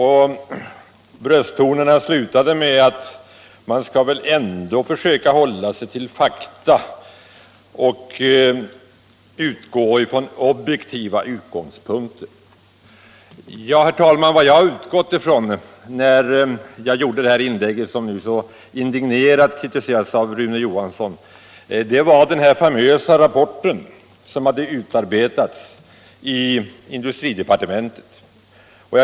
Herr Johansson avslutade brösttonerna med att säga: Man skall väl ändå försöka hålla sig till fakta och debattera från objektiva utgångspunkter! Herr talman! Vad jag utgick ifrån då jag gjorde mitt inlägg, som nu så indignerat kritiseras av Rune Johansson, var den famösa rapport som utarbetats i industridepartementet.